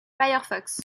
firefox